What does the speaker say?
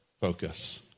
focus